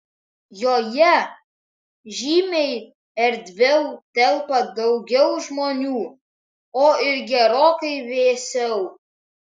joje žymiai erdviau telpa daugiau žmonių o ir gerokai vėsiau